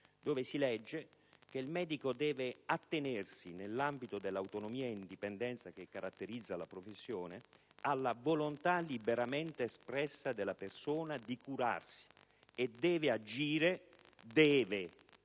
dove si legge che «Il medico deve attenersi, nell'ambito della autonomia e indipendenza che caratterizza la professione, alla volontà liberamente espressa della persona di curarsi e deve agire» -